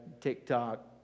TikTok